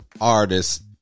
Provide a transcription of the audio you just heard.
artists